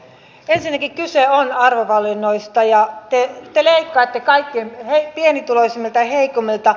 ensinnäkin kyse on arvovalinnoista ja te leikkaatte kaikkein pienituloisimmilta ja heikoimmilta